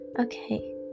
okay